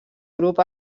grup